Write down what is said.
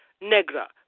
negra